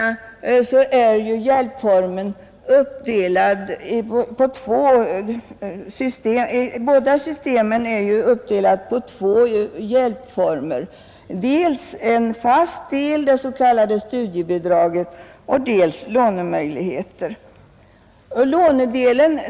Båda systemen är uppdelade i två hjälpformer — dels det s.k. studiebidraget, dels studielån.